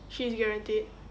she's guaranteed